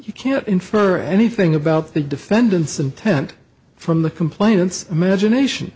you can't infer anything about the defendant's intent from the complainants imagination